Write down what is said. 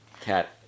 cat